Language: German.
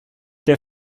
der